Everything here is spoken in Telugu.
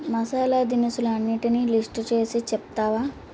మసాలా దినుసులన్నిటినీ లిస్టు చేసి చెప్తావా